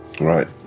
Right